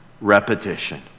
Repetition